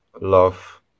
love